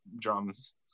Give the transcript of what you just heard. drums